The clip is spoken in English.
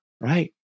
Right